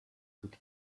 could